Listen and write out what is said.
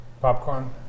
Popcorn